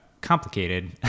complicated